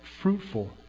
fruitful